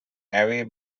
away